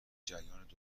جریان